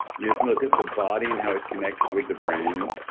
you can look at the body and how it connects with the brain.